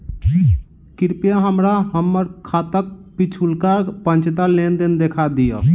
कृपया हमरा हम्मर खाताक पिछुलका पाँचटा लेन देन देखा दियऽ